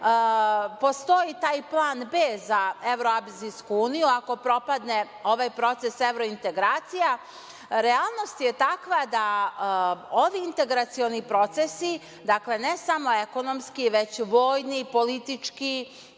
postoji taj plan b), za Evroazijsku uniju, ako propadne ovaj proces evrointegracija, realnost je takva da ovi integracioni procesi, dakle ne samo ekonomski, već vojni, politički